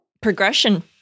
progression